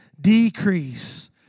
decrease